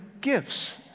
gifts